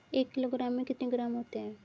एक किलोग्राम में कितने ग्राम होते हैं?